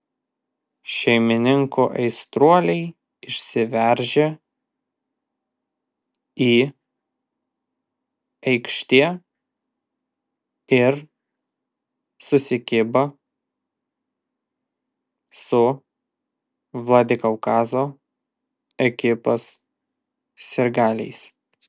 šeimininkų aistruoliai išsiveržė į aikštę ir susikibo su vladikaukazo ekipos sirgaliais